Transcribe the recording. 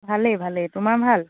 ভালেই ভালেই তোমাৰ ভাল